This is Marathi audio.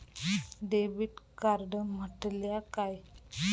डेबिट कार्ड म्हटल्या काय?